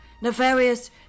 nefarious